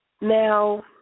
Now